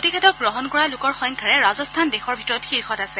প্ৰতিষেধক গ্ৰহণ কৰা লোকৰ সংখ্যাৰে ৰাজস্থান দেশৰ ভিতৰত শীৰ্ষত আছে